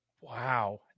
Wow